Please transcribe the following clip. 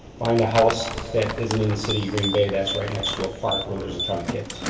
find a house that isn't in the city of green bay that's right next to a park where there's a ton of kids,